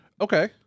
Okay